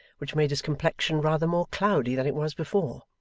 which made his complexion rather more cloudy than it was before.